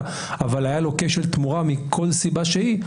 אבל היה לו כשל תמורה מכל סיבה שהיא,